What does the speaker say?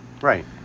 Right